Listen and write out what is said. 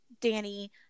Danny